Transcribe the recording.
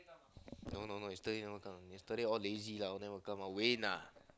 no no no yesterday never come yesterday all lazy lah all never come ah win ah